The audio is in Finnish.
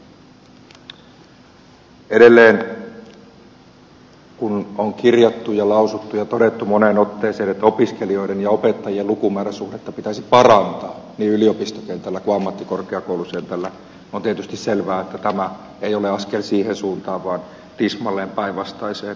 edelleen kun on kirjattu ja lausuttu ja todettu moneen otteeseen että opiskelijoiden ja opettajien lukumääräsuhdetta pitäisi parantaa niin yliopistokentällä kuin ammattikorkeakoulukentällä on tietysti selvää että tämä ei ole askel siihen suuntaan vaan tismalleen päinvastaiseen suuntaan